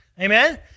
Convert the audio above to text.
Amen